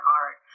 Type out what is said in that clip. art